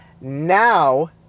Now